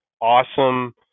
awesome